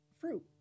fruit